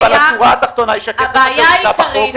אבל השורה התחתונה היא שהכסף הזה נמצא בחוק.